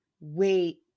wait